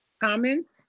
Comments